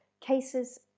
cases